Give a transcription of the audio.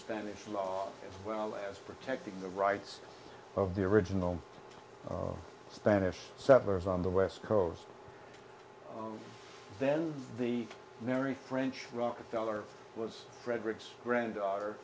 stanislaw well as protecting the rights of the original spanish suburbs on the west coast then the merry french rockefeller was frederick's granddaughter